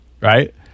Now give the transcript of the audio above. right